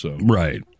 Right